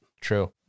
True